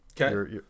Okay